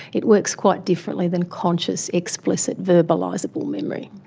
it works quite differently than conscious explicit verbalisable memory.